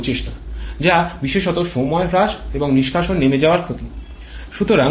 এটি বিশেষত সময় হ্রাস এবং নিষ্কাশন নেমে যাওয়ার ক্ষতিগুলি কমানোর একটি প্রচেষ্টা